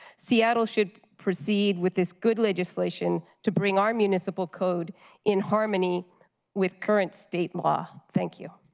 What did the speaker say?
seattle should proceed with this good legislation to bring our municipal code in harmony with current state law. thank you.